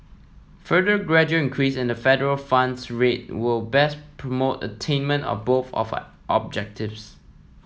further gradual increase in the federal funds rate will best promote attainment of both of our objectives